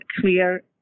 CLEAR